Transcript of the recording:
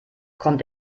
kommt